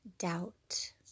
Doubt